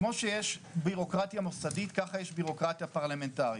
כמו שיש בירוקרטיה מוסדית ככה יש בירוקרטיה פרלמנטרית.